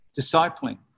discipling